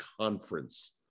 conference